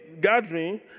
gathering